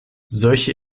solche